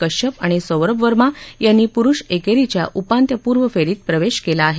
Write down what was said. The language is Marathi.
कश्यप आणि सौरभ वर्मा यांनी प्रुष एकेरीच्या उपांत्यपूर्व फेरीत प्रवेश केला आहे